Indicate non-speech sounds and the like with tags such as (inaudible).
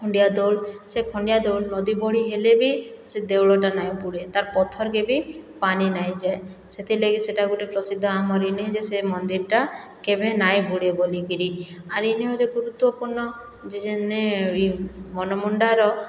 ଖଣ୍ଡିଆଦଳ ସେ ଖଣ୍ଡିଆଦଳ ନଦୀ ବଢ଼ି ହେଲେ ବି ସେ ଦେଉଳଟା ନାଇଁ ବୁଡ଼େ ତାର୍ ପଥର କେ ବି ପାନି ନାଇଁଯାଏ ସେଥିରଲାଗି ସେଟା ଗୁଟେ ପ୍ରସିଦ୍ଧ ଆମର ଇନ ଯେ ମନ୍ଦିର୍ଟା କେଭେ ନାଇଁ ବୁଡ଼େ ବୋଲିକିରି ଆରୁ ଇନ ଗୁରୁତ୍ଵପୁର୍ଣ୍ଣ (unintelligible) ଯେନେ ମନମୁଣ୍ଡାର